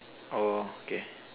oh okay